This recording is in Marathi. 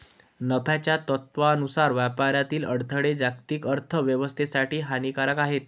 नफ्याच्या तत्त्वानुसार व्यापारातील अडथळे जागतिक अर्थ व्यवस्थेसाठी हानिकारक आहेत